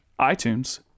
iTunes